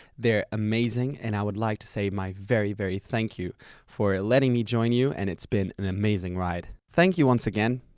they're amazing and i would like to say my very very thank you for letting me join you and it's been an amazing ride. thank you once again.